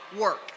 work